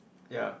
ya